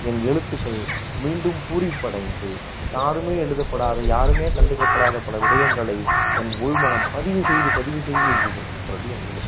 என் எழுத்துக்கள் மீண்டும் பூரிப்படைந்து யாருமே எழுதப்படாத யாருமே கண்டுக்கப்படாத பல விடயங்களை என் உள்மனம் பதிவு செய்து பதிவு செய்து எழுதிக்கொண்டிருக்கிறது என் எழுத்துக்கள்